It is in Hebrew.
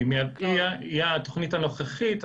היא התוכנית הנוכחית,